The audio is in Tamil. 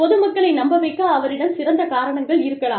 பொது மக்களை நம்ப வைக்க அவரிடம் சிறந்த காரணங்கள் இருக்கலாம்